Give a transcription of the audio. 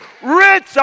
Rich